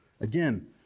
Again